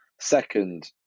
Second